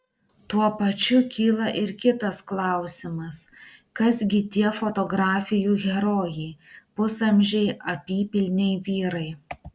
tuo pačiu kyla ir kitas klausimas kas gi tie fotografijų herojai pusamžiai apypilniai vyrai